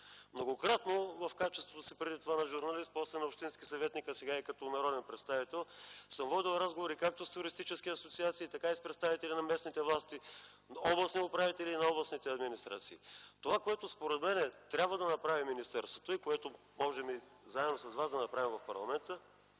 Многократно в качеството си преди това на журналист, после на общински съветник, а сега и като народен представител съм водил разговори както с туристически асоциации, така и с представители на местните власти, областни управители и областни администрации. Това, което според мен трябва да направи министерството и което може би заедно с вас да направим в парламента